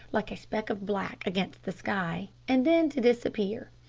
like a speck of black against the sky, and then to disappear.